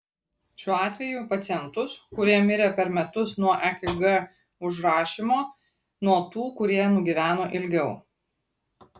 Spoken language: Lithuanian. šiuo atveju pacientus kurie mirė per metus nuo ekg užrašymo nuo tų kurie nugyveno ilgiau